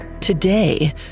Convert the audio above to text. Today